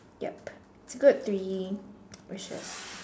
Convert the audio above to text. yup it's a good three sure